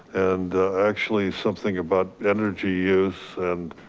and actually something about energy use and